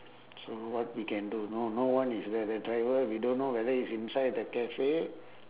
so what we can do no no one is there the driver we don't know whether he's inside the cafe